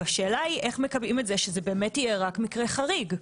השאלה היא איך מקבעים את זה שזה באמת רק יהיה מקרה חריג.